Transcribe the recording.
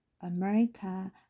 America